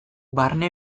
barne